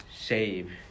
save